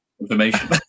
information